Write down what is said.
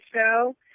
show